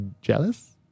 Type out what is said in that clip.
jealous